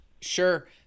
Sure